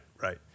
right